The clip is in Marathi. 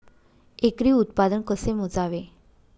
एकरी उत्पादन कसे मोजावे?